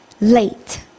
late